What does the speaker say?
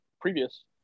previous